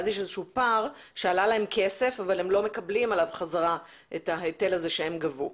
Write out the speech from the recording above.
יש פער שעלה להם כסף אבל הם לא מקבלים עליו בחזרה את ההיטל הזה שהם גבו,